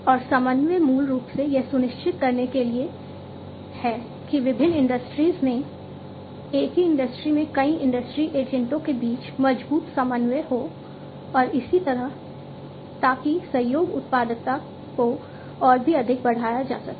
और समन्वय मूल रूप से यह सुनिश्चित करने के लिए है कि विभिन्न इंडस्ट्रीज में एक ही इंडस्ट्री में कई इंडस्ट्री एजेंटों के बीच मजबूत समन्वय हो और इसी तरह ताकि सहयोग उत्पादकता को और भी अधिक बढ़ाया जा सके